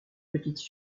petite